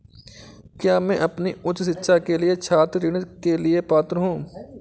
क्या मैं अपनी उच्च शिक्षा के लिए छात्र ऋण के लिए पात्र हूँ?